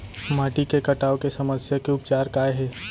माटी के कटाव के समस्या के उपचार काय हे?